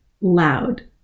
loud